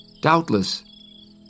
Doubtless